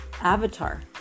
avatar